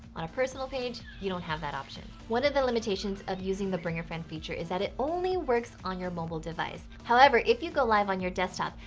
on a personal page you don't have that option. what are the limitations of using the bring-a-friend feature is that it only works on your mobile device. however, if you go live on and your desktop,